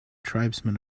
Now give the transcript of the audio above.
tribesmen